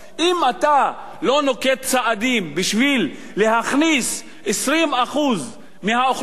אם אתה לא נוקט צעדים בשביל להכניס 20% מהאוכלוסייה,